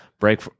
Break